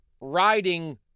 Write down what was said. riding